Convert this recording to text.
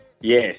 Yes